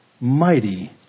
mighty